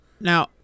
now